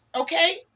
Okay